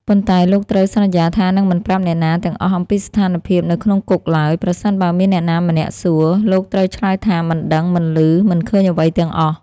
ប៉ុន្តែ លោកត្រូវសន្យាថានឹងមិនប្រាប់អ្នកណាទាំងអស់អំពីស្ថានភាពនៅក្នុងគុកឡើយ ប្រសិនបើមានអ្នកណាម្នាក់សួរ លោកត្រូវឆ្លើយថា មិនដឹង មិនឮ មិនឃើញអ្វីទាំងអស់។